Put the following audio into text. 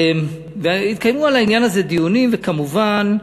התקיימו על העניין הזה דיונים, וכמובן,